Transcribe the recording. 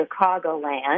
Chicagoland